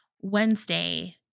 Wednesday